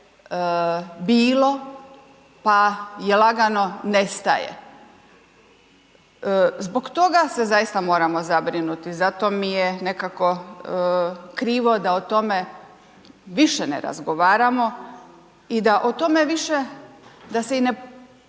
bilo, pa je lagano nestaje. Zbog toga se zaista moramo zabrinuti, zato mi je nekako krivo da o tome više ne razgovaramo i da o tome više, da se